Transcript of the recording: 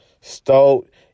stoked